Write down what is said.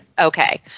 Okay